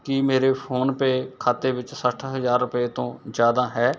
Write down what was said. ਕੀ ਮੇਰੇ ਫੋਨਪੇਅ ਖਾਤੇ ਵਿੱਚ ਸੱਠ ਹਜ਼ਾਰ ਰੁਪਏ ਤੋਂ ਜ਼ਿਆਦਾ ਹੈ